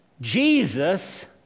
Jesus